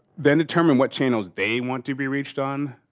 then determine what channels they want to be reached on,